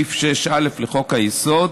סעיף 6(א) לחוק-יסוד: